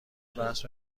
بحث